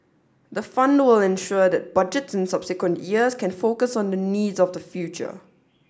the fund will ensure that Budgets in subsequent years can focus on the needs of the future